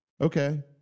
okay